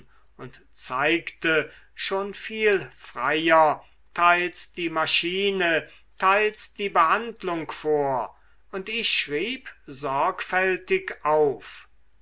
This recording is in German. und zeigte schon viel freier teils die maschine teils die behandlung vor und ich schrieb sorgfältig auf